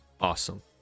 awesome